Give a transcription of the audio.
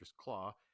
claw